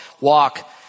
walk